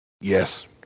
Yes